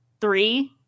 three